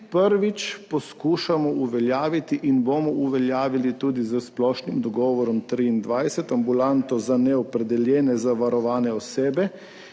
prvič poskušamo uveljaviti in bomo uveljavili tudi s splošnim dogovorom triindvajseto ambulanto za neopredeljene zavarovane osebe